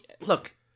look